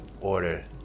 order